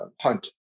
hunt